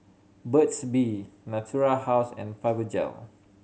Burt's Bee Natura House and Fibogel